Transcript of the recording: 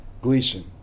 Gleason